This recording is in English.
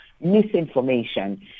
misinformation